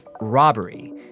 robbery